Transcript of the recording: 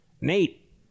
Nate